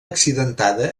accidentada